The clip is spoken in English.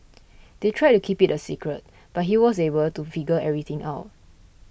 they tried to keep it a secret but he was able to figure everything out